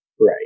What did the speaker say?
Right